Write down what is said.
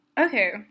Okay